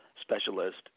specialist